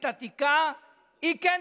בהכרח,